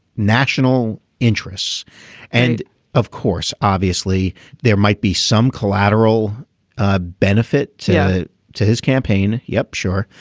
national interests and of course obviously there might be some collateral ah benefit to to his campaign. yep sure.